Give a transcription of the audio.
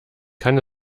kann